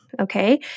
okay